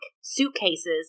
suitcases